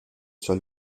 sur